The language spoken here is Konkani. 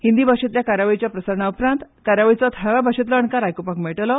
हिंदी भाषेतल्या कार्यावळीच्या प्रसारणा उपरांत ह्या कार्यावळीचो थळाव्या भाषेतलो अणकार आयकुपाक मेळटलो